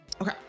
Okay